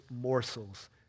morsels